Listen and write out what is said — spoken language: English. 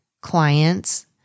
clients